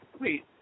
Wait